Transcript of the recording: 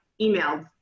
emailed